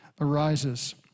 Arises